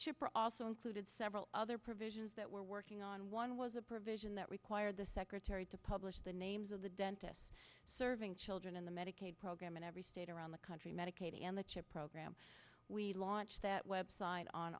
chip are also included several other provisions that we're working on one was a provision that required the secretary to publish the names of the dentists serving children in the medicaid program in every state around the country medicaid and the chip program we launched that website on